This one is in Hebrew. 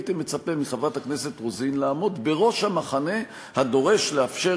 שאני הייתי מצפה מחברת הכנסת רוזין לעמוד בראש המחנה הדורש לאפשר